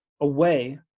away